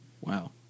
Wow